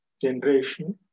generation